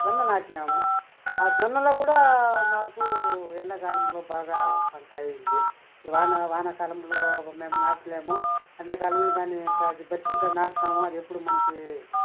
జొన్న నాటినాము ఆ జొన్నలో కూడా మాకూ ఎండాకాలంలో బాగా పంట అయ్యింది ఈ వాన వానాకాలంలో మేం నాటలేము ఎండాకాలంలో దాన్ని అది బట్టి దాన్ని నాటుతాము అది ఎప్పుడూ మనకీ